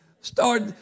Start